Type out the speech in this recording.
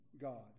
God